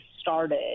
started